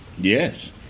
Yes